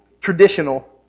traditional